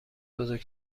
بزرگ